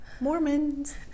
Mormons